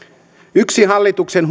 yksi hallituksen